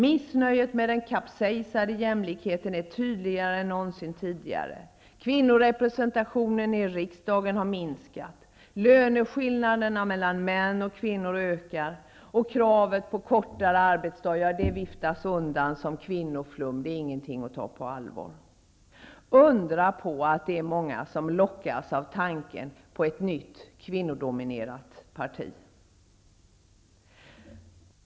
Missnöjet med den kapsejsade jämlikheten är tydligare än någonsin tidigare, kvinnorepresentationen i riksdagen har minskat, löneskillnaderna mellan män och kvinnor ökar och kravet på kortare arbetsdag viftas undan som kvinnoflum -- det är ingenting att ta på allvar. Undra på att många lockas av tanken på ett nytt, kvinnodominerat parti.